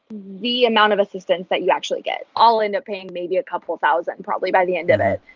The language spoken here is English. the amount of assistance that you actually get. i'll end up paying maybe a couple thousand probably by the end of it,